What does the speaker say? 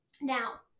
now